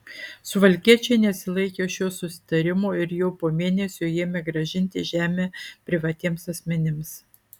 suvalkiečiai nesilaikė šio susitarimo ir jau po mėnesio ėmė grąžinti žemę privatiems asmenims